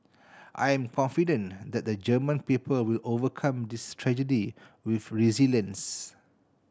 I am confident that the German people will overcome this tragedy with resilience